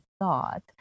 thought